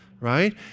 right